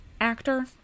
actor